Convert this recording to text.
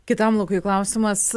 kitam lukui klausimas